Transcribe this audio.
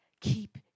keep